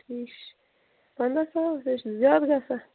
ٹھیٖک چھِ پَنٛداہ ساس یہِ حظ چھِ زیادٕ گژھان